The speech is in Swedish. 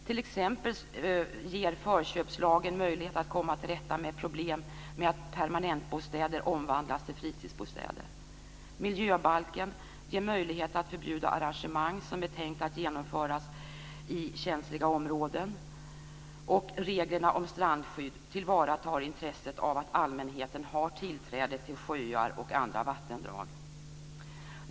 T.ex. ges det i förköpslagen möjlighet att komma till rätta med problem med att permanentbostäder omvandlas till fritidsbostäder. I miljöbalken ges det möjlighet att förbjuda arrangemang som är tänkta att genomföras i känsliga områden, och reglerna om strandskydd tillvaratar intresset av att allmänheten har tillträde till sjöar och andra vattendrag.